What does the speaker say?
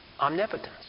Omnipotence